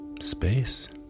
space